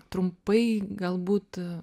trumpai galbūt